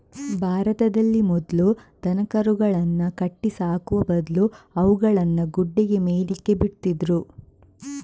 ಭಾರತದಲ್ಲಿ ಮೊದ್ಲು ದನಕರುಗಳನ್ನ ಕಟ್ಟಿ ಸಾಕುವ ಬದ್ಲು ಅವುಗಳನ್ನ ಗುಡ್ಡೆಗೆ ಮೇಯ್ಲಿಕ್ಕೆ ಬಿಡ್ತಿದ್ರು